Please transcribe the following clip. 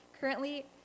currently